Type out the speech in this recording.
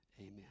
Amen